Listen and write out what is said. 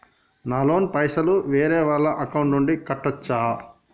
నా లోన్ పైసలు వేరే వాళ్ల అకౌంట్ నుండి కట్టచ్చా?